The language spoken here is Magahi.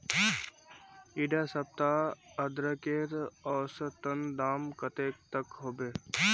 इडा सप्ताह अदरकेर औसतन दाम कतेक तक होबे?